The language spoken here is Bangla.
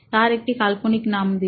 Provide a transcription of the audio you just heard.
তার একটি কাল্পনিক নাম দিন